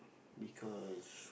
because